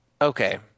Okay